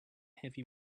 heavy